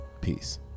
Peace